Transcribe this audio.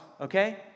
okay